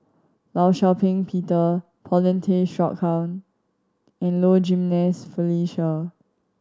Law Shau Ping Peter Paulin Tay Straughan and Low Jimenez Felicia